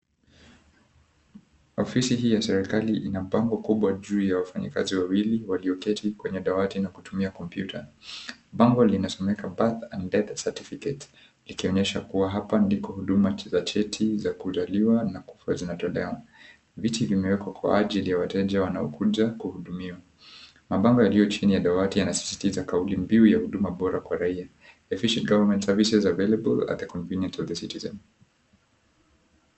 Ofisi hii ya serikali ina bango kubwa juu ya wafanyikazi wawili walioketi kwenye dawati na kutumia kompyuta. Bango linasomeka Birth and Death Certificate ikionyesha kua hapa ndiko huduma za cheti za kuzaliwa na kufa zinatolewa. Viti vimewekwa kwa ajili ya wateja wanaokuja kuhudumiwa. Mabango yaliyo chini ya dawati yanasisitiza kauli mbiu ya huduma bora kwa raia Efficient Government Services Available at a Convenient for the Citizens.